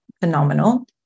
phenomenal